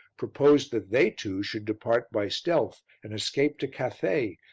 proposed that they two should depart by stealth and escape to cathay,